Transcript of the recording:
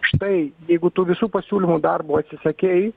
štai jeigu tų visų pasiūlymų darbo atsisakei